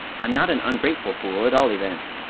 i'm not an ungrateful fool, at all events.